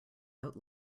out